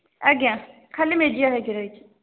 ଆଜ୍ଞା ଖାଲି ମେଜିଆ ହେଇକି ରହିଛି